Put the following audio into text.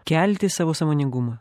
kelti savo sąmoningumą